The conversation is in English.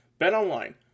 BetOnline